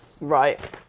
Right